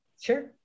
Sure